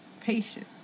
patient